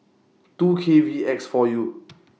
two K V X four U